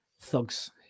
thugs